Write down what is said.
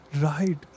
Right